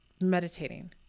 meditating